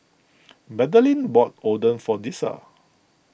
Magdalene bought Oden for Dessa